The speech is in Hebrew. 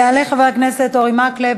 יעלה חבר הכנסת אורי מקלב.